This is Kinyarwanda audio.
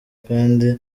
kandi